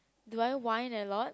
do I whine a lot